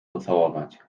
pocałować